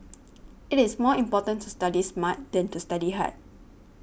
it is more important to study smart than to study hard